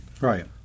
Right